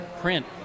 print